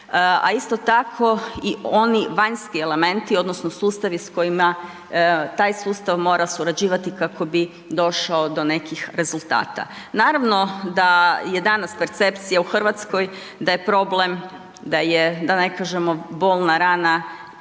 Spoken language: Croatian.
a isto tako i oni vanjski elementi odnosno sustavi s kojima taj sustav mora surađivati kako bi došao do nekih rezultata. Naravno da je danas percepcija u Hrvatskoj da je problem da ne kažemo bolna rana